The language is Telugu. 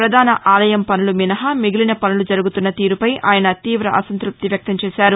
ప్రధాన ఆలయం పనులు మినహా మిగిలిన పనులు జరుగుతున్న తీరుపై ఆయన తీవ అసంతృప్తి వ్యక్తంచేశారు